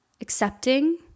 accepting